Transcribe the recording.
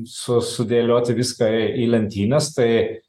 su sudėlioti viską į lentynas tai